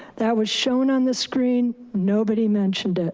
that was shown on the screen, nobody mentioned it.